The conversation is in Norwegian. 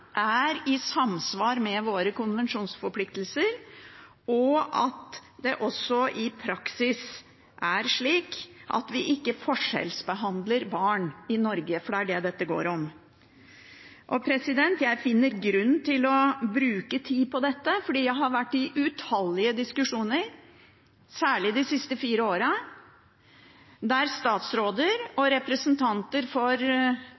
er i samsvar med våre konvensjonsforpliktelser, og at det også i praksis er slik at vi ikke forskjellsbehandler barn i Norge –det er det dette går på. Jeg finner grunn til å bruke tid på dette fordi jeg har vært i utallige diskusjoner, særlig de fire siste årene, der statsråder og representanter for